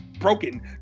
broken